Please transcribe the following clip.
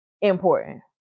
important